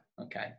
Okay